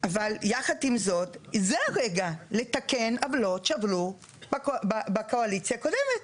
אבל יחד עם זאת זה הרגע לתקן עוולות שעברו בקואליציה הקודמת,